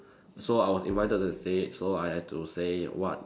so I was invited to the stage so I had to say what